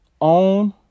own